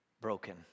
broken